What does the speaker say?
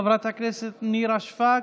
חברת הכנסת נירה שפק,